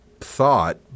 thought